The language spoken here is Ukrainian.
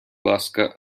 ласка